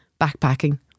backpacking